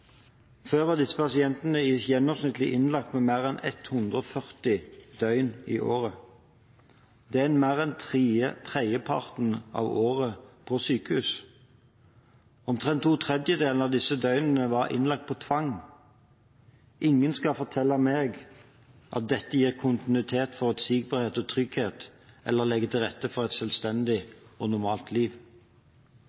Før var disse pasientene i gjennomsnitt innlagt mer enn 140 døgn i året. Det er mer enn en tredjedel av året på sykehus. Omtrent to tredjedeler av disse døgnene var de innlagt på tvang. Ingen skal fortelle meg at dette gir kontinuitet, forutsigbarhet og trygghet eller legger til rette for et selvstendig